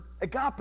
agape